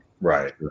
Right